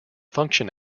function